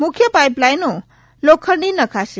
મુખ્ય પાઈપલાઈનો લોખંડની નખાશે